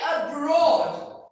abroad